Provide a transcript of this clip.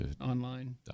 online